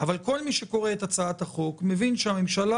אבל כל מי שקורא את הצעת החוק מבין שהממשלה